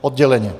Odděleně.